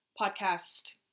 podcast